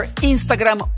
Instagram